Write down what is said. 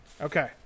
Okay